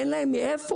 אין להם מאיפה.